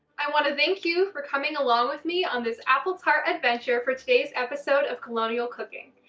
i want to thank you for coming along with me on this apple tart adventure for today's episode of colonial cooking.